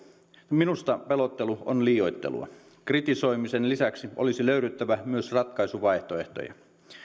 minusta pelottelu on liioittelua kritisoimisen lisäksi olisi löydyttävä myös ratkaisuvaihtoehtoja